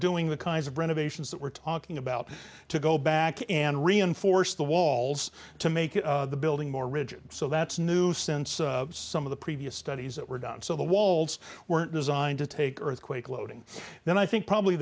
doing the kinds of renovations that we're talking about to go back and reinforce the walls to make the building more rigid so that's new since some of the previous studies that were done so the walls weren't designed to take earthquake loading then i think probably